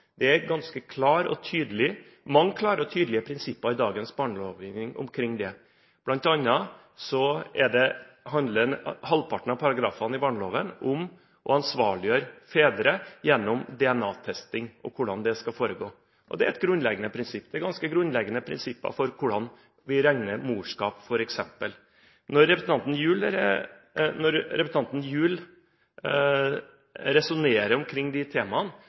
Det er mange klare og tydelige prinsipper i dagens barnelovgivning omkring det. Blant annet handler halvparten av paragrafene i barneloven om å ansvarliggjøre fedre gjennom DNA-testing, og om hvordan det skal foregå. Det er et grunnleggende prinsipp. Det er ganske grunnleggende prinsipper for hvordan vi regner morskap, f.eks. Når representanten Gjul resonnerer omkring de temaene,